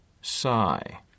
sigh